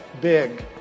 big